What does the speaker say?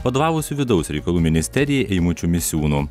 vadovavusiu vidaus reikalų ministerijai eimučiu misiūnu